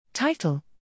Title